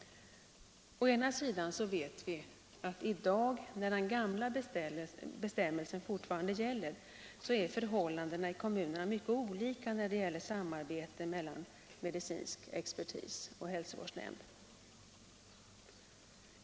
Å ena sidan vet vi att i dag — när den gamla bestämmelsen fortfarande gäller — är förhållandena i kommunerna mycket olika när det gäller samarbete mellan medicinsk expertis och hälsovårdsnämnd.